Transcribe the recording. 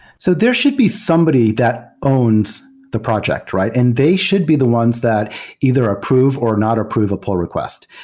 so there should be somebody that owns the project, right? and they should be the ones that either approve or not approve a pull request.